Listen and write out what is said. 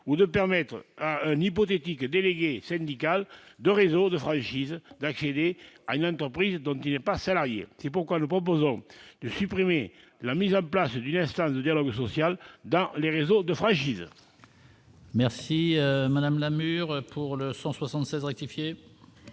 ou de permettre un hypothétique et délégué syndical de réseaux de fragilise d'accéder à une entreprise dont il n'est pas salarié, c'est pourquoi nous proposons de supprimer la mise en place d'une instance de dialogue social dans les réseaux de fragiles. Merci madame la Lamure pour le 176 rectifier.